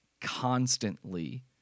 constantly